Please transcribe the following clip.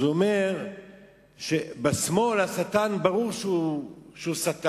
אז הוא אומר שבשמאל ברור שהשטן הוא שטן,